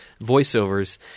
voiceovers